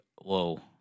whoa